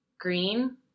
Green